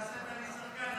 נעשית לי שחקן.